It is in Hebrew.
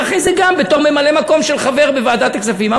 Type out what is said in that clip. ואחרי זה גם בתור ממלא-מקום של חבר בוועדת הכספים.